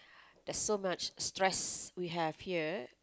there's so much stress we have here